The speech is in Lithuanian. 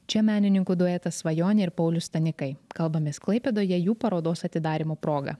čia menininkų duetas svajonė ir paulius stanikai kalbamės klaipėdoje jų parodos atidarymo proga